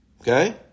Okay